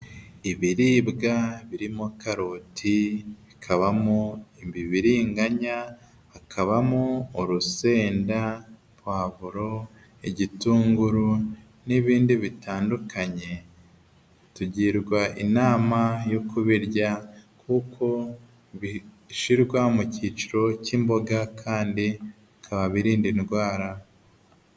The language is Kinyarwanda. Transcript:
Ibiribwa birimo karoti bikabamo ibibiringanya hakabamo urusenda pavuro igitunguru n'ibindi bitandukanye tugirwa inama yo kubirya kuko bishyirwa mu cyiciro cy'imboga kandi bikaba birinda indwara.